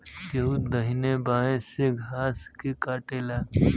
केहू दहिने बाए से घास के काटेला